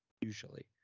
usually